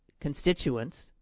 constituents